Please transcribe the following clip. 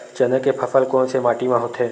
चना के फसल कोन से माटी मा होथे?